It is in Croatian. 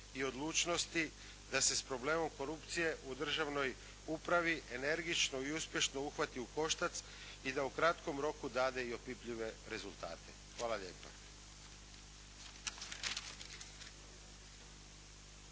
i odlučnosti da se s problemom korupcije u državnoj upravi energično i uspješno uhvati u koštac i da u kratkom roku dade i opipljive rezultate. Hvala lijepa.